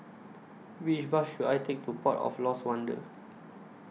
Which Bus should I Take to Port of Lost Wonder